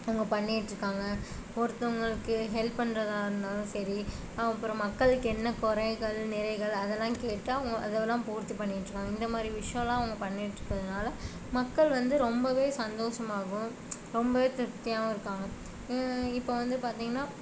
அவங்க பண்ணிகிட்ருக்காங்க ஒருத்தவங்களுக்கு ஹெல்ப் பண்ணுறதா இருந்தாலும் சரி அப்புறம் மக்களுக்கு என்ன குறைகள் நிறைகள் அதெலாம் கேட்டு அவங்க அதை எல்லாம் பூர்த்தி பண்ணிக்கிட்டிருக்காங்க இந்த மாதிரி விஷயம்லாம் அவங்க பண்ணிகிட்டுருக்கறதுனால மக்கள் வந்து ரொம்பவே சந்தோஷமாகவும் ரொம்பவே திருப்தியாகவும் இருக்காங்க இப்போ வந்து பார்த்திங்கனா